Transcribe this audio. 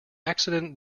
accident